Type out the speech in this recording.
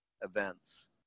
events